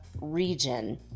region